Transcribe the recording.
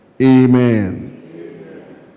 Amen